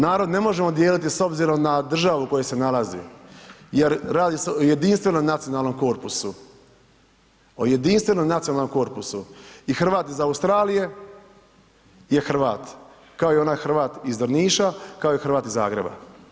Narod ne možemo dijeliti s obzirom na državu u kojoj se nalazi jer radi se o jedinstvenom i nacionalnom korpusu, o jedinstvenom i nacionalnom korpusu, i Hrvat iz Australije je Hrvat, kao i onaj Hrvat iz Drniša, kao i Hrvat iz Zagreba.